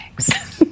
thanks